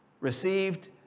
received